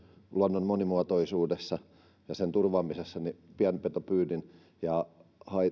luonnon monimuotoisuudessa ja sen turvaamisessa huomioon myös tämän pienpetopyynnin ja